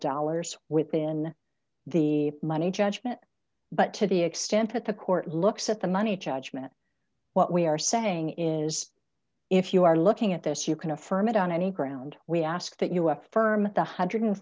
dollars within the money judgment but to the extent that the court looks at the money judgment what we are saying is if you are looking at this you can affirm it on any ground we ask that you have firm the one hundred and